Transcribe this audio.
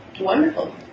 wonderful